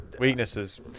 Weaknesses